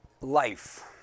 Life